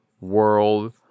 world